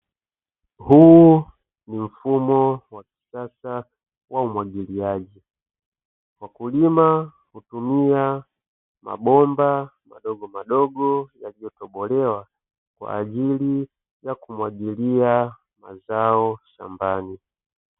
Huu ni mfumo wa kisasa wa umwagiliaji. Wakulima hutumia mabomba madogomadogo yaliyotobolewa kwa ajili ya kumwagilia mazao shambani.